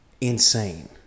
insane